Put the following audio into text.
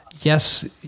yes